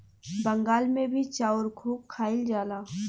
बंगाल मे भी चाउर खूब खाइल जाला